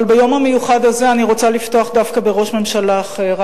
אבל ביום המיוחד הזה אני רוצה לפתוח דווקא בראש ממשלה אחר,